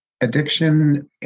addiction